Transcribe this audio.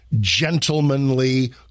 gentlemanly